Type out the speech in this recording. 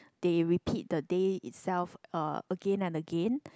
they repeat the day itself uh again and again